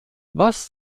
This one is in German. was